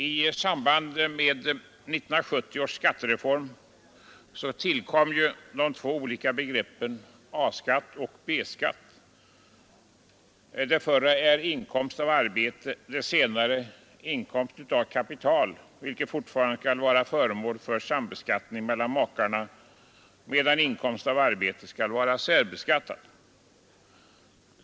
I samband med 1970 års skattereform tillkom de två olika begreppen A-inkomst och B-inkomst. Den förra är inkomst av arbete, den senare inkomst av kapital, vilken fortfarande skall vara föremål för sambeskattning mellan makarna, medan inkomst av arbete skall vara särbeskattad.